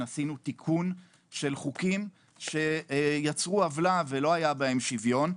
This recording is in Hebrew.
עשינו תיקון חוקים שיצרו עוולה ולא היה בהם שוויון.